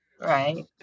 Right